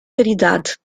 caridade